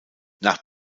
nach